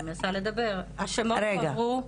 אני מנסה לדבר, השמות הועברו,